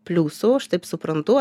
pliusų aš taip suprantu